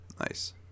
Nice